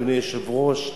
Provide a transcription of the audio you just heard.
אדוני היושב-ראש,